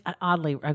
oddly